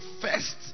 first